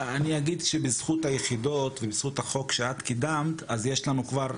קודם כל אני אגיד שבזכות היחידות ובזכות החוק שאת קידמת אז יש לנו כבר,